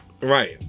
Right